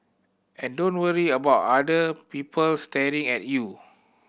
and don't worry about other people staring at you